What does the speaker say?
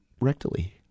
rectally